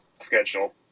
schedule